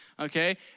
Okay